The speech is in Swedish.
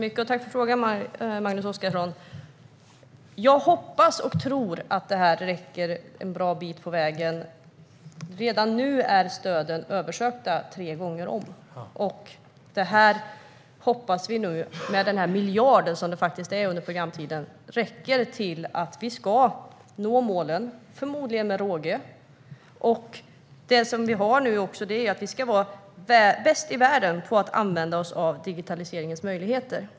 Fru talman! Jag tackar Magnus Oscarsson för frågan. Jag hoppas och tror att detta räcker en bra bit på vägen. Redan nu är stöden översökta tre gånger om, och vi hoppas nu att den miljard det faktiskt rör sig om under programtiden räcker till att nå målen - förmodligen med råge. Det vi också har nu är att vi ska vara bäst i världen på att använda oss av digitaliseringens möjligheter.